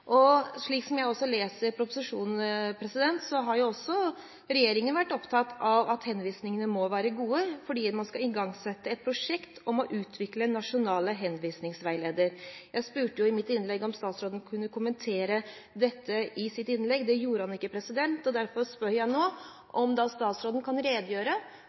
har. Slik som jeg leser proposisjonen, har også regjeringen vært opptatt av at henvisningene må være gode, for man skal igangsette et prosjekt om å utvikle nasjonale henvisningsveiledere. Jeg spurte i mitt innlegg om statsråden kunne kommentere dette i sitt innlegg. Det gjorde han ikke, og derfor spør jeg nå om statsråden kan redegjøre